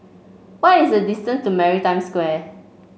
what is the distance to Maritime Square